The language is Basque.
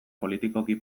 politikoki